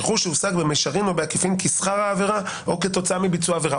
רכוש שהושג במישרין או בעקיפין כשכר העבירה או כתוצאה מביצוע העבירה.